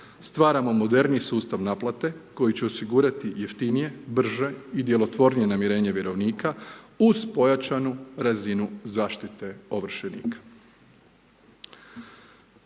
Stvaramo moderniji sustav naplate koji će osigurati jeftinije, brže i djelotvornije namirenje vjerovnika uz pojačanu razinu zaštite ovršenika.